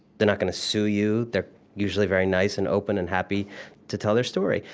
they're not gonna sue you. they're usually very nice, and open, and happy to tell their story.